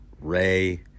Ray